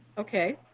okay.